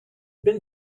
been